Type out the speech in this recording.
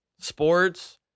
Sports